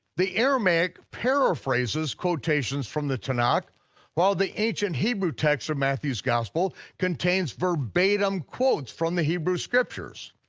the aramaic paraphrases quotations from the tanakh while the ancient hebrew texts of matthew's gospel contains verbatim quotes from the hebrew scriptures.